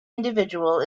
individual